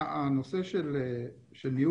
אם אנחנו מגיעים למצב שבסוף שנת 2025 אין